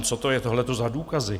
Co to je tohleto za důkazy?